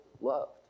loved